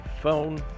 phone